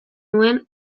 nuen